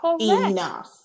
enough